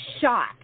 shot